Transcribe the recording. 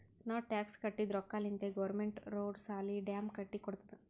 ನಾವ್ ಟ್ಯಾಕ್ಸ್ ಕಟ್ಟಿದ್ ರೊಕ್ಕಾಲಿಂತೆ ಗೌರ್ಮೆಂಟ್ ರೋಡ್, ಸಾಲಿ, ಡ್ಯಾಮ್ ಕಟ್ಟಿ ಕೊಡ್ತುದ್